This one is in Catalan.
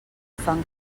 fan